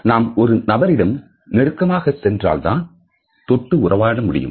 நாம் ஒரு நபரிடம் நெருக்கமாக சென்றால்தான் தொட்டு உறவாட முடியும்